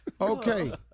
Okay